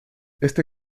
este